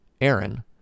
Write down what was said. Aaron